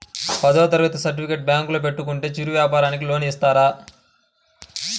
పదవ తరగతి సర్టిఫికేట్ బ్యాంకులో పెట్టుకుంటే చిరు వ్యాపారంకి లోన్ ఇస్తారా?